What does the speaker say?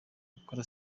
gukora